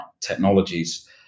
technologies